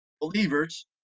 believers